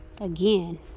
Again